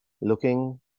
looking